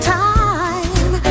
time